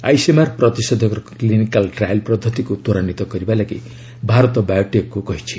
ICMR ପ୍ରତିଷେଧକର clinical trial ପଦ୍ଧତିକୁ ତ୍ୱରାନ୍ୱିତ କରିବାପାଇଁ ଭାରତ ବାୟୋଟେକ୍କୁ କହିଛି